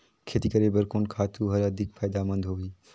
खेती करे बर कोन खातु हर अधिक फायदामंद होही?